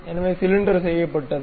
எனவே சிலிண்டர் செய்யப்பட்டது